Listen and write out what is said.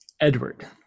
Edward